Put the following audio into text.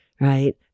right